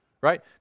right